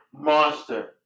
monster